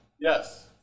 yes